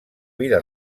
vida